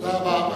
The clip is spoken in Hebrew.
תודה רבה.